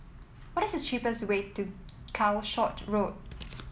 what is the cheapest way to Calshot Road